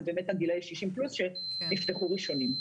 זאת באמת קבוצת הגיל 60 פלוס שיפתחו ראשונים.